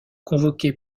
convoqué